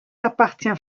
appartient